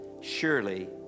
surely